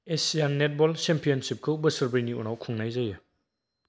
एशियान netball चैंपियनशिपखौ बोसोरब्रैनि उनाव खुंनाय जायो